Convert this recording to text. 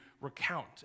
recount